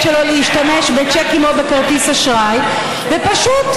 שלו להשתמש בצ'קים או בכרטיס אשראי ופשוט,